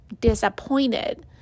disappointed